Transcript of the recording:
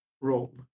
role